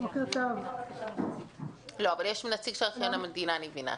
--- אבל יש נציג של ארכיון המדינה, אני מבינה.